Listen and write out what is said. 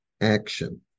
action